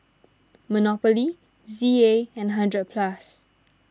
Monopoly Z A and hundred Plus